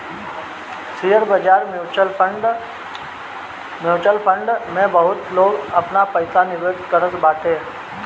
share बाजार, mutual fund में बहुते लोग आपन निवेश करत बाटे